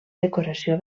decoració